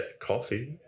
coffee